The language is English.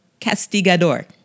Castigador